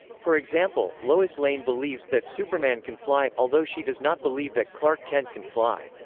for example, lois lane believes that superman can fly, although she does not believe that clark kent can fly.